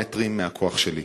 כמה מטרים מהכוח שלי.